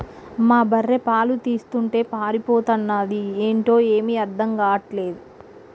మా బర్రె పాలు తీస్తుంటే పారిపోతన్నాది ఏంటో ఏమీ అర్థం గాటల్లే